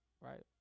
right